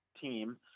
team